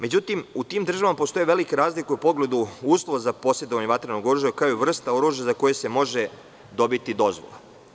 Međutim, u tim državama postoji velika razlika u pogledu uslova za posedovanje vatrenog oružja, kao i vrste oružja za koje se može dobiti dozvola.